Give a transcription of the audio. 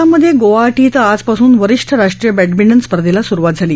असममधे गुवाहाटी क्रं आजपासून वरिष्ठ राष्ट्रीय बॅडमिंटन स्पर्धेला सुरुवात झाली